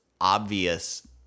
obvious